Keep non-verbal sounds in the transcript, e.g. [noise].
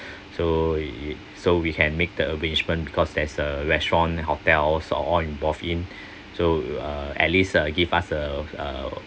so you so we can make the arrangement because there's a restaurant hotels or all involved in [breath] so you uh at least uh give us uh uh